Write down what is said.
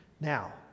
Now